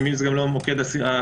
אני מבין שזה גם לא מוקד ה --- לא,